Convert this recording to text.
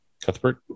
Cuthbert